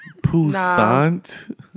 Poussant